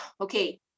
okay